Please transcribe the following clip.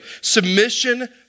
Submission